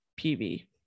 PV